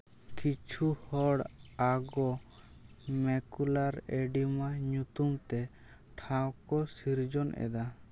ᱠᱤᱪᱷᱩ ᱦᱚᱲ ᱟᱜᱚ ᱢᱮᱠᱩᱞᱟᱨ ᱮᱰᱤᱢᱟ ᱧᱩᱛᱩᱢ ᱛᱮ ᱴᱷᱟᱶ ᱠᱚ ᱥᱤᱨᱡᱚᱱ ᱮᱫᱟ